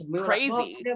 crazy